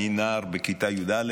אני נער בכיתה י"א,